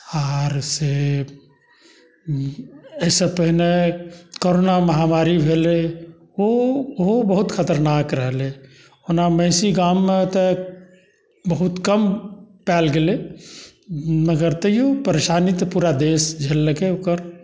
आओर से एहिसँ पहिने कोरोना महामारी भेलै ओहो बहुत खतरनाक रहलै ओना महिषी गाममे तऽ बहुत कम पाएल गेलै मगर तैओ परेशानी तऽ पूरा देश झेललकै ओकर